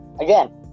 again